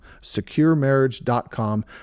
securemarriage.com